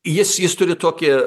jis jis turi tokį